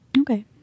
okay